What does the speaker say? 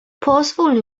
pozwól